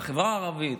בחברה הערבית,